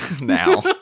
now